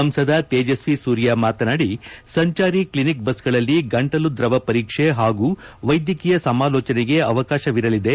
ಸಂಸದ ತೇಜಸ್ವಿ ಸೂರ್ಯ ಮಾತನಾಡಿ ಸಂಚಾರಿ ಕ್ಷೆನಿಕ್ ಬಸ್ಗಳಲ್ಲಿ ಗಂಟಲು ದ್ರವ ಪರೀಕ್ಷೆ ಹಾಗೂ ವೈದ್ಯಕೀಯ ಸಮಾಲೋಚನೆಗೆ ಅವಕಾಶವಿರಲಿದೆ